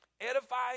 edifying